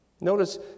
Notice